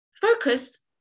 focus